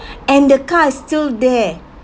and the car is still there